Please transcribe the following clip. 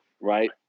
right